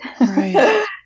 Right